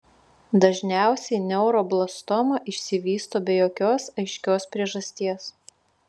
dažniausiai neuroblastoma išsivysto be jokios aiškios priežasties